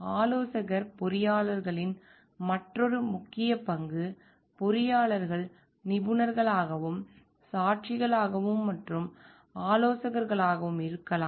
ஆலோசகர் பொறியாளர்களின் மற்றொரு முக்கிய பங்கு பொறியாளர்கள் நிபுணர்களாகவும் சாட்சிகளாகவும் மற்றும் ஆலோசகர்களாகவும் இருக்கலாம்